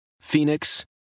Phoenix